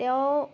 তেওঁ